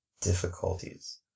difficulties